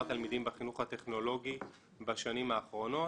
תלמידים בחינוך הטכנולוגי בשנים האחרונות.